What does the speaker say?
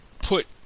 put